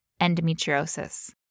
endometriosis